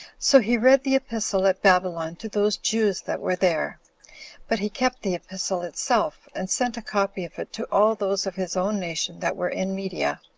so he read the epistle at babylon to those jews that were there but he kept the epistle itself, and sent a copy of it to all those of his own nation that were in media.